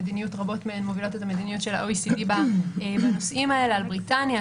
רבות מהן גם מובילות את המדיניות של ה-OECD בנושאים האלה: בריטניה,